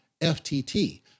FTT